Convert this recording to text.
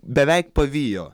beveik pavijo